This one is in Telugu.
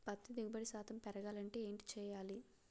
పత్తి దిగుబడి శాతం పెరగాలంటే ఏంటి చేయాలి?